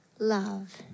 Love